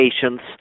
patients